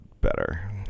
better